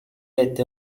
عده